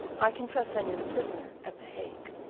i confess i knew the prisoner at the hague.